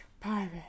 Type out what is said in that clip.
Pirate